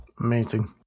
Amazing